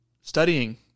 studying